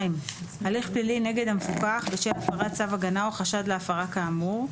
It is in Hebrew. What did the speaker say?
הליך פלילי נגד המפוקח בשל הפרת צו הגנה או חשד להפרה כאמור,